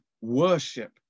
worship